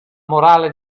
morale